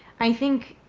i think,